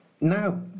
now